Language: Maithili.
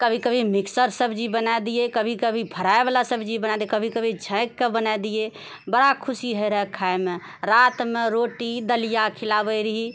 कभी कभी मिक्सर सब्जी बनाइ दियै कभी कभी फ्राईबला सब्जी बनाइ दियै कभी कभी छौंकिके बनाइ दियै बड़ा खुशी होइत रहै खाइमे रातिमे रोटी दलिया खिलाबैत रहि